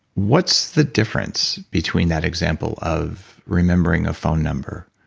what's the difference between that example of remembering a phone number,